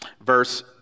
Verse